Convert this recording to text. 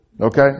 Okay